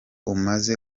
umaze